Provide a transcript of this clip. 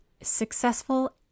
successful